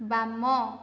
ବାମ